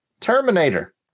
Terminator